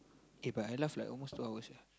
eh but I laugh like almost two hours sia